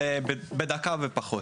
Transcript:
זה בדקה ופחות.